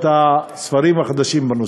את הספרים החדשים בנושא.